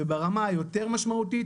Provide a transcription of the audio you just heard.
וברמה היותר משמעותית,